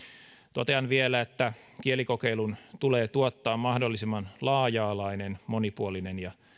totean vielä että kielikokeilun tulee tuottaa mahdollisimman laaja alainen monipuolinen ja